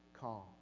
calm